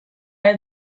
have